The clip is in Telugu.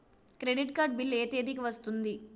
క్రెడిట్ కార్డ్ బిల్ ఎ తేదీ కి వస్తుంది?